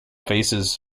faces